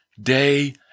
day